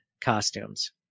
costumes